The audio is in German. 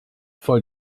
voll